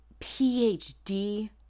PhD